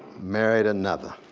married another.